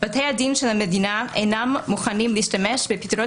בתי הדין של המדינה אינם מוכנים להשתמש בפתרונות